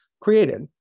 created